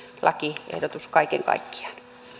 lakiehdotus kaiken kaikkiaan